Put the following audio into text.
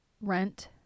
Rent